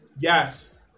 yes